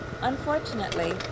Unfortunately